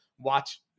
watch